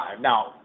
Now